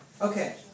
Okay